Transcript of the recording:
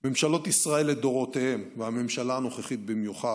ממשלות ישראל לדורותיהן, והממשלה הנוכחית במיוחד,